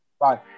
Bye